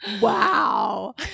Wow